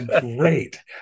great